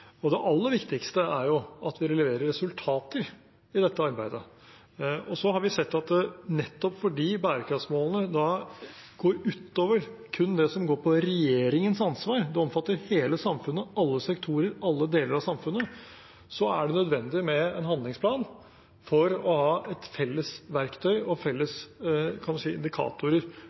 Det aller viktigste er jo at vi leverer resultater i dette arbeidet. Så har vi sett at nettopp fordi bærekraftsmålene går utover kun det som går på regjeringens ansvar – det omfatter hele samfunnet og alle sektorer og alle deler av samfunnet – er det nødvendig med en handlingsplan for å ha et felles verktøy og felles indikatorer på hva vi